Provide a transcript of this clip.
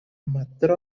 ମାତ୍ର